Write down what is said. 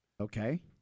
Okay